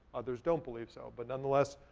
others don't believe. so but, nonetheless,